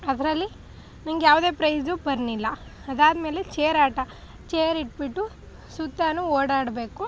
ಅದರಲ್ಲಿ ನಂಗೆ ಯಾವುದೇ ಪ್ರೈಝು ಬರಲಿಲ್ಲ ಅದಾದ್ಮೇಲೆ ಚೇರ್ ಆಟ ಚೇರ್ ಇಟ್ಬಿಟ್ಟು ಸುತ್ತಲೂ ಓಡಾಡಬೇಕು